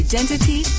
Identity